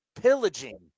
Pillaging